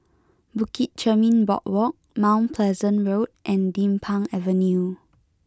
Bukit Chermin Boardwalk Mount Pleasant Road and Din Pang Avenue